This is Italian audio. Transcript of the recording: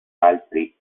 altri